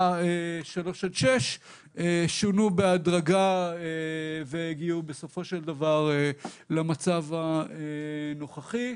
3 עד 6 שונו בהדרגה והגיעו בסופו של דבר למצב הנוכחי.